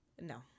no